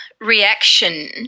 reaction